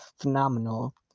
phenomenal